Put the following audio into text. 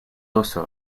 also